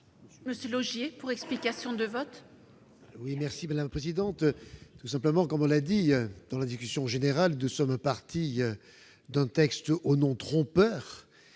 Michel Laugier, pour explication de vote.